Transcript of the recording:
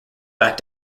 back